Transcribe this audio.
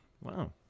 Wow